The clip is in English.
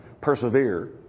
Persevere